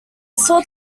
sought